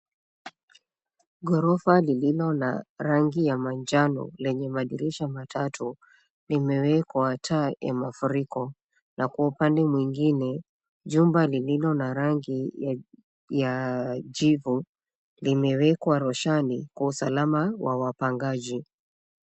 Ghorofa liliyo na rangi ya manjano lenye madirisha matatu limewekwa taa ya mafuriko na kwa upande mwingi jumba lililo na rangi ya kijivu limewekwa roshani kwa usalama wa wapangaji.